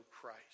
Christ